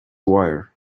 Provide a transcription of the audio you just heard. wire